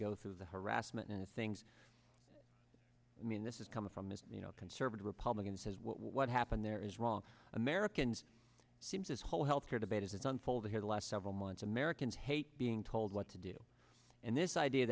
go through the harassment and the things i mean this is coming from as you know conservative republican says what happened there is wrong americans seems this whole health care debate is unfolding here the last several months americans hate being told what to do and this idea